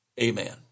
Amen